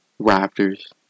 Raptors